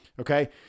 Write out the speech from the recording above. Okay